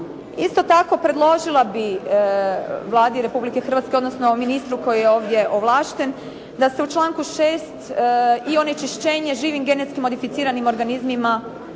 Isto tako predložila bih Vladi Republike Hrvatske, odnosno ministru koji je ovdje ovlašten da se u članku 6. i onečišćenje živim genetski modificiranim organizmima